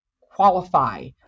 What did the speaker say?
qualify